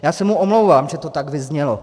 Já se mu omlouvám, že to tak vyznělo.